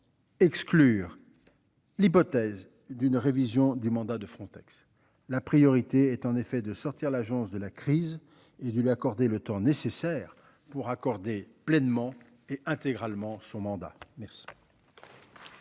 Exclure. L'hypothèse d'une révision du mandat de Frontex. La priorité est en effet de sortir l'agence de la crise et du lui accorder le temps nécessaire pour accorder pleinement et intégralement son mandat mais.